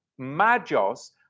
magos